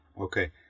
Okay